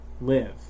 live